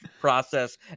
process